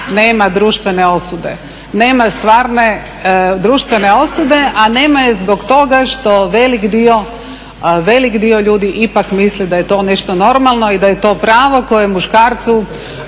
nema društvene osude, nema stvarne društvene osude, a nema je zbog toga što velik dio ljudi ipak misli da je to nešto normalno i da je to pravo koje muškarcu